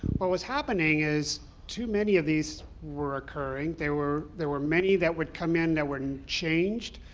what was happening is too many of these were occurring. there were there were many that would come in that were changed.